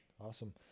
awesome